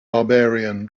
barbarian